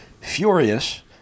furious